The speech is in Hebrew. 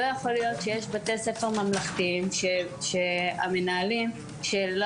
לא יכול להיות שיש בתי ספר ממלכתיים שהמנהלים הרבה